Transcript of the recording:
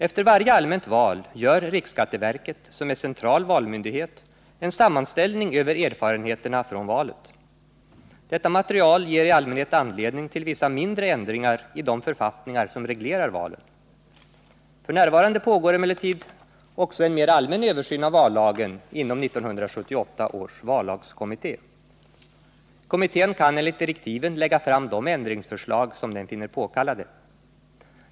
Efter varje allmänt val gör riksskatteverket, som är central valmyndighet, en sammanställning över erfarenheterna från valet. Detta material ger i allmänhet anledning till vissa mindre ändringar i de författningar som reglerar valen. F. n. pågår emellertid också en mer allmän översyn av vallagen inom 1978 års vallagskommitté. Kommittén kan enligt direktiven lägga fram de ändringsförslag som den finner påkallade.